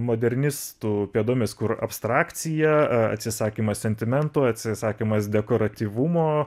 modernistų pėdomis kur abstrakcija a atsisakymas sentimentų atsisakymas dekoratyvumo